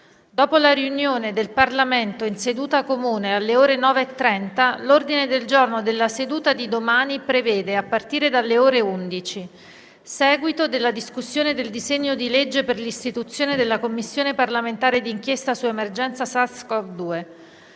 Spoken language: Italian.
Dopo la riunione del Parlamento in seduta comune alle ore 9,30, l'ordine del giorno della seduta di domani prevede, a partire dalle ore 11: seguito della discussione del disegno di legge per l'istituzione della Commissione parlamentare di inchiesta sull'emergenza SARS-CoV-2;